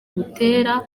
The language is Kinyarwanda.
butera